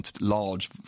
large